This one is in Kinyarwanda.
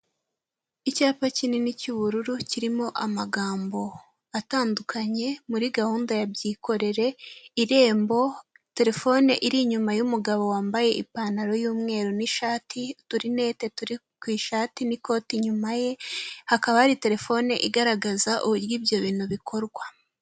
Icyapa kinini cy'ubururu kirimo amagambo atandukanye muri gahunda ya byikorere irembo, terefone iri inyuma y'umugabo wambaye ipantaro y'umweru n'ishati, uturinette turi ku ishati n'ikoti inyuma ye, hakaba hari telefone igaragaza uburyo ibyo bintu bikorwa.